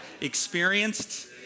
experienced